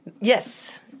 Yes